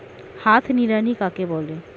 হাত নিড়ানি কাকে বলে?